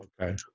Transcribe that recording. Okay